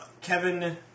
Kevin